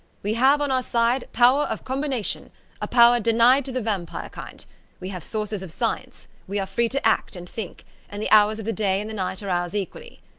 we have on our side power of combination a power denied to the vampire kind we have sources of science we are free to act and think and the hours of the day and the night are ours equally.